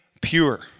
pure